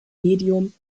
medium